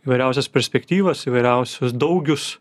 įvairiausias perspektyvas įvairiausius daugius